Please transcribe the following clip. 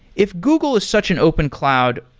if google is such an open cloud,